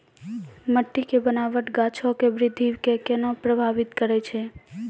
मट्टी के बनावट गाछो के वृद्धि के केना प्रभावित करै छै?